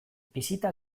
bisita